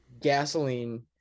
gasoline